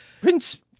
Prince